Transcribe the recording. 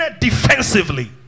defensively